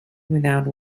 without